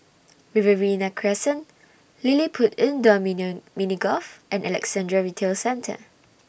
Riverina Crescent LilliPutt Indoor million Mini Golf and Alexandra Retail Centre